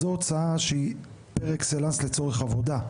זו הוצאה שהיא פר אקסלנס לצורך עבודה.